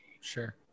Sure